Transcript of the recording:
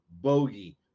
Bogey